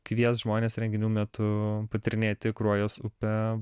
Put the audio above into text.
kvies žmones renginių metu patyrinėti kruojos upę